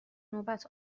نوبت